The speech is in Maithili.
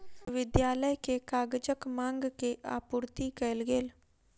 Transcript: विद्यालय के कागजक मांग के आपूर्ति कयल गेल